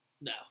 No